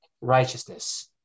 righteousness